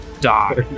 die